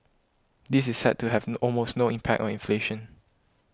this is set to have no almost no impact on inflation